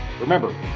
Remember